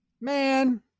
man